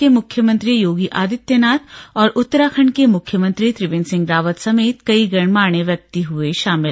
के मुख्यमंत्री योगी आदित्यनाथ और उत्तराखण्ड के मुख्यमंत्री त्रिवेन्द्र सिंह रावत समेत कई गणमान्य व्यक्ति हुए भाामिल